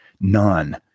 None